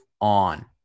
on